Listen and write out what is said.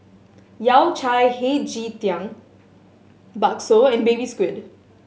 Yao Cai Hei Ji Tang bakso and Baby Squid